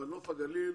אבל נוף הגליל,